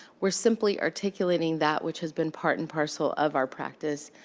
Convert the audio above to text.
we're simply articulating that which has been part and parcel of our practice,